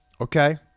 Okay